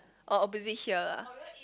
oh opposite here lah